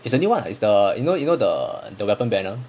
is new [one] is the you know you know the the weapon banner